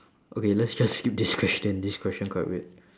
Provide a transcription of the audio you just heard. okay let's just skip this question this question quite weird